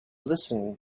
listen